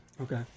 Okay